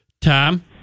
Tom